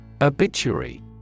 Obituary